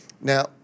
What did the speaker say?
Now